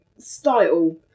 style